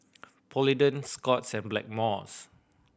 Polident Scott's and Blackmores